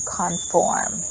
conform